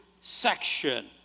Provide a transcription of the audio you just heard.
section